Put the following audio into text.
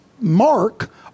mark